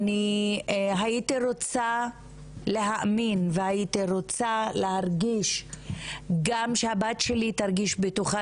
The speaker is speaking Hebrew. אני הייתי רוצה להאמין ולהרגיש גם שהבת שלי תרגיש בטוחה